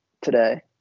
today